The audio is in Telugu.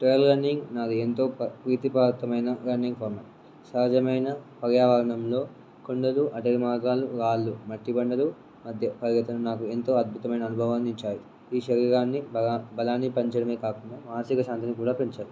ట్రైయిల్ రన్నింగ్ నా ఎంతో ప్రీతిపాత్రమైన రన్నింగ్ ఫామ్ సహజమైన పర్యావరణంలో కొండలు అడవి మార్గాలు రాళ్లు మట్టి బండలు మధ్య పర్యటన నాకు ఎంతో అద్భుతమైన అనుభవాన్ని ఇచ్చాయి ఈ శరీరాన్ని బ బలాన్ని పంచడమే కాకుండా మానసిక శాంతిని కూడా పెంచాయి